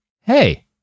Hey